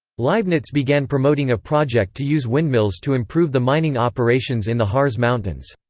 leibniz began promoting a project to use windmills to improve the mining operations in the harz mountains.